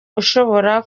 ushobora